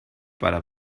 para